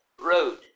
road